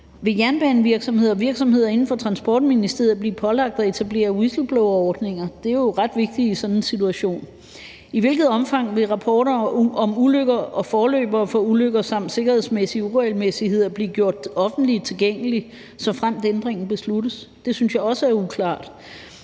og virksomheder inden for Transportministeriet blive pålagt at etablere whistleblowerordninger? Det er jo ret vigtigt i sådan en situation. I hvilket omfang vil rapporter om ulykker og forløbere for ulykker samt sikkerhedsmæssige uregelmæssigheder blive gjort offentligt tilgængelige, såfremt ændringen besluttes? Det synes jeg også er uklart.